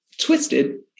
twisted